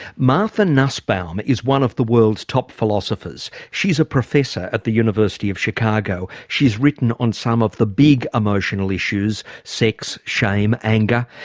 martha nussbaum is one of the world's top philosophers. she's a professor at the university of chicago. she's written on some of the big emotional issues sex, shame, anger.